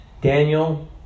Daniel